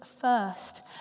first